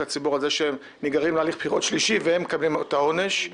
הציבור על זה שנגררים להליך בחירות שלישי והם מקבלים את העונש.